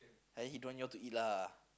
I eat don't want y'all to eat lah